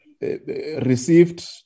received